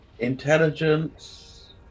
Intelligence